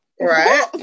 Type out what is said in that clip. right